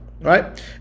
right